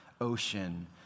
ocean